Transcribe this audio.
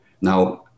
Now